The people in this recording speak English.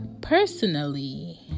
personally